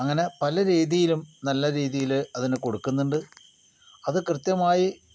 അങ്ങനെ പലരീതിയിലും നല്ല രീതിയിൽ അതിനു കൊടുക്കുന്നുണ്ട് അത് കൃത്യമായി